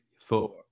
four